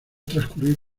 transcurrir